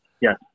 Yes